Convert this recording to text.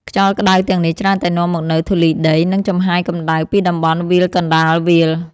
ខ្យល់ក្ដៅទាំងនេះច្រើនតែនាំមកនូវធូលីដី និងចំហាយកម្ដៅពីតំបន់វាលកណ្ដាលវាល។